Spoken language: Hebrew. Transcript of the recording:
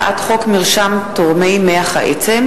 (מיסוי הכנסה למוסדות ציבוריים המקבלים תרומה מישות מדינית זרה),